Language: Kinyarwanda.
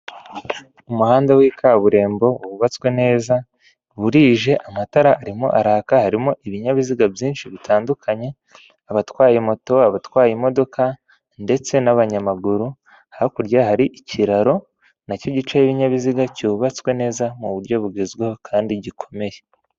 Umuhanda w'i kaburimbo wubatswe neza, burije amatara arimo araka harimo ibinyabiziga byinshi bitandukanye abatwaye moto, abatwaye imodoka ndetse n'abanyamaguru hakurya hari ikiraro nacyo gice'ibinyabiziga cyubatswe neza mu buryo bugezweho kandi gikomeye.